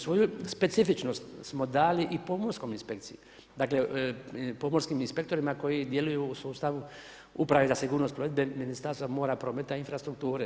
Svoju specifičnost smo dali i pomorskom inspekciji, dakle pomorskim inspektorima koji djeluju u sustavu uprave za sigurnost plovidbe Ministarstva mora, prometa i infrastrukture.